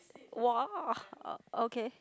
!wow! okay